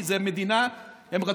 כי זו מדינה,